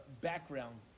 background